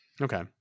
Okay